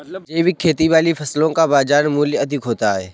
जैविक खेती वाली फसलों का बाजार मूल्य अधिक होता है